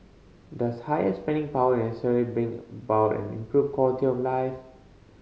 does higher spending power necessarily bring about an improved quality of life